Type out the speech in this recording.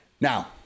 Now